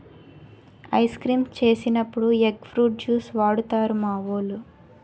ice creams చేసినప్పుడు egg fruit juice వాడుతారు మావోలు